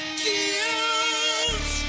kills